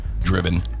Driven